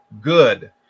good